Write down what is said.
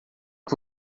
que